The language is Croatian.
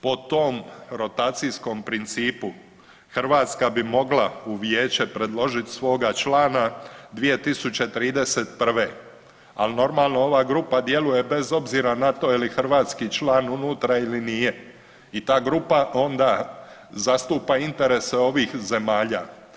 Po tom rotacijskom principu Hrvatska bi mogla u vijeće predložit svoga člana 2031., al normalno ova grupa djeluje bez obzira na to je li hrvatski član unutra ili nije i ta grupa onda zastupa interese ovih zemalja.